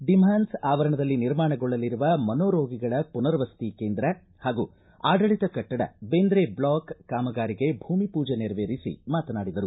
ಡಿಮ್ಹಾನ್ಸ್ ಆವರಣದಲ್ಲಿ ನಿರ್ಮಾಣಗೊಳ್ಳಲಿರುವ ಮನೋರೋಗಿಗಳ ಪುನರ್ವಸತಿ ಕೇಂದ್ರ ಹಾಗೂ ಆಡಳಿತ ಕಟ್ಟಡ ಬೇಂದ್ರೆ ಬ್ಲಾಕ್ ಕಾಮಗಾರಿಗೆ ಭೂಮಿ ಪೂಜೆ ನೆರವೇರಿಸಿ ಮಾತನಾಡಿದರು